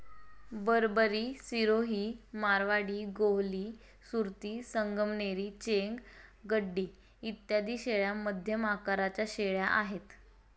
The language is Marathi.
बरबरी, सिरोही, मारवाडी, गोहली, सुरती, संगमनेरी, चेंग, गड्डी इत्यादी शेळ्या मध्यम आकाराच्या शेळ्या आहेत